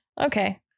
Okay